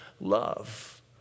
love